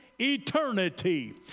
Eternity